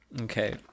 Okay